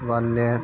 वन्य